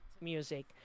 music